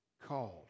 called